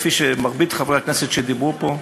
כפי שמרבית חברי הכנסת אמרו פה,